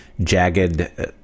jagged